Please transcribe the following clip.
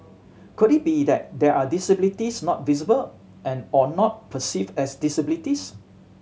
could it be that there are disabilities not visible or not perceive as disabilities